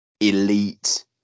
elite